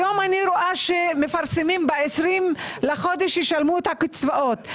היום אני רואה שמפרסמים שב-20 לחודש ישלמו את הקצבאות.